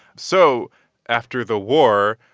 so after the war,